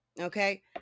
Okay